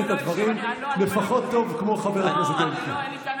את הדברים לפחות טוב כמו חבר הכנסת אלקין.